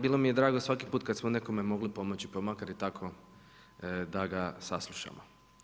Bilo mi je drago svaki put kada smo nekome mogli pomoći pa makar i tako da ga saslušamo.